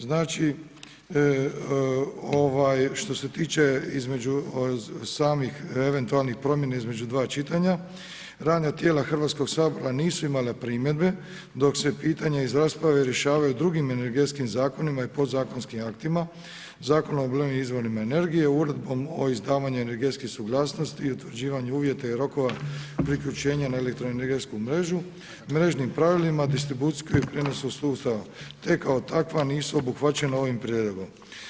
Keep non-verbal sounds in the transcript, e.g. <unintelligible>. Znači, što se tiče između samih eventualnih promjena između dva čitanja, radna tijela Hrvatskog sabora nisu imala primjedbe dok se pitanje iz rasprave rješavaju drugim energetskim zakonima i podzakonskim aktima, Zakonom o obnovljivim izvorima energije, Uredbom o izdavanju energetske suglasnosti i utvrđivanju uvjeta i rokova priključenja na elektro-energetsku mrežu, mrežnim pravilima, ... <unintelligible> sustava, te kao takva nisu obuhvaćena ovim Prijedlogom.